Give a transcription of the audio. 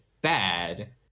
bad